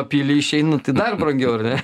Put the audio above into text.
pilį išeina tai dar brangiau ar ne